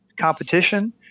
competition